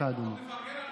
סליחה, אדוני.